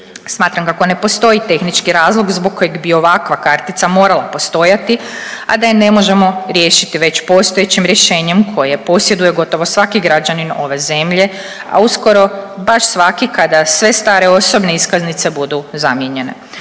Smatram kako ne postoji tehnički razlog zbog kojeg bi ovakva kartica morala postojati, a da je ne možemo riješiti već postojećim rješenjem koje posjeduje gotovo svaki građanin ove zemlje, a uskoro baš svaki kada sve stare osobne iskaznice budu zamijenjene.